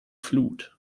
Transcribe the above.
flut